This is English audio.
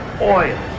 oil